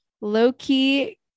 low-key